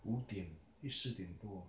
五点 eh 四点多 ah